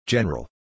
General